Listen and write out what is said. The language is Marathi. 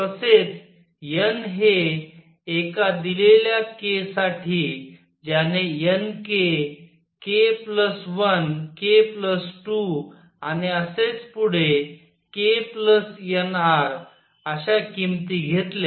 तसेच n हे एका दिलेल्या k साठी ज्याने nk k 1 k 2 आणि असेच पुढे k nrअश्या किमती घेतल्या